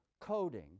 coding